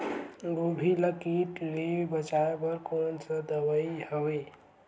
गोभी ल कीट ले बचाय बर कोन सा दवाई हवे?